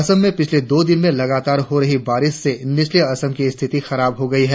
असम में पिछले दो दिनों से लगातार हो रही बारिश से निचले असम की स्थिति खराब हो गई है